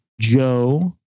Joe